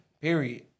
Period